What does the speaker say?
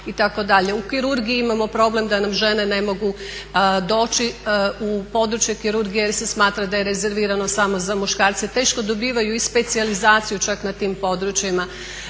U kirurgiji imamo problem da nam žene ne mogu doći u područje kirurgije jer se smatra da je rezervirano samo za muškarce. Teško dobivaju i specijalizaciju čak na tim područjima.